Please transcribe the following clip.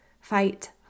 Fight